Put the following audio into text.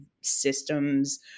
systems